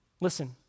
Listen